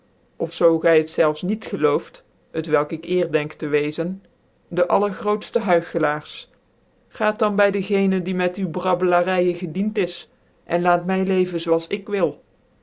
of zoo gy het zelfs niet gelooft t welk ik eer denk tc wezen de allergrootfte huichelaars gaat dan by dc gecne die met u brabbelaryc gedient is en laat my leven zoo als ik wil